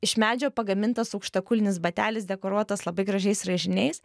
iš medžio pagamintas aukštakulnis batelis dekoruotas labai gražiais raižiniais